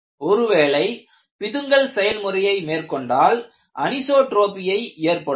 ஒருவேளை பிதுங்கல் செயல் முறையை மேற்கொண்டால் அனிசோட்ரோபியை ஏற்படுத்தும்